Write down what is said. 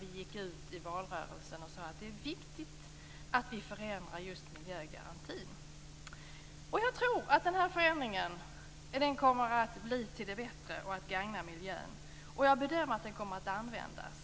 Vi sade i valrörelsen att det är viktigt att vi förändrar just miljögarantin. Jag tror att denna förändring kommer att bli till det bättre och gagna miljön. Jag bedömer att garantin kommer att användas.